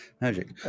magic